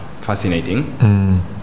fascinating